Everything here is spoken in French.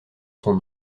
son